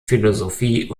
philosophie